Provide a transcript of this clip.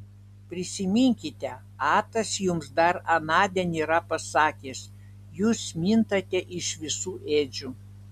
prisiminkite atas jums dar anądien yra pasakęs jūs mintate iš visų ėdžių